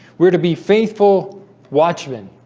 we're to be faithful watchmen